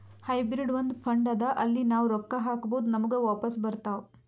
hybrid ಒಂದ್ fund ಅದಾ ಅಲ್ಲಿ ನಾವ್ ರೊಕ್ಕಾ ಹಾಕ್ಬೋದ್ ನಮುಗ ವಾಪಸ್ ಬರ್ತಾವ್